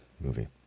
movie